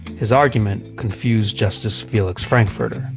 his argument confused justice felix frankfurter.